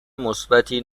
مثبتی